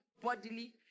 bodily